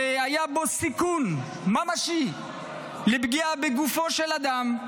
והיה בו סיכון ממשי לפגיעה בגופו של אדם,